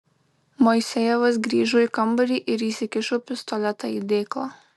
moisejevas grįžo į kambarį ir įsikišo pistoletą į dėklą